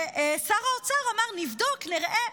ושר האוצר אמר: נבדוק, נראה.